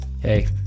hey